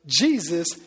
Jesus